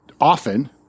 often